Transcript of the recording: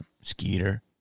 Skeeter